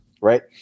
right